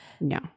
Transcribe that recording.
No